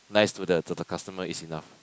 nice to the to the customer is enough